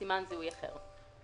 סימן זיהוי אחר,